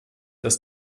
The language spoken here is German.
dass